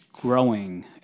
Growing